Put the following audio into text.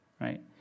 right